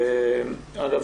אגב,